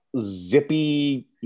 zippy